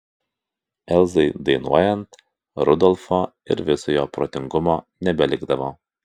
elzai dainuojant rudolfo ir viso jo protingumo nebelikdavo